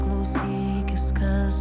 klausykis kas